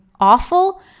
awful